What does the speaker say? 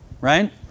Right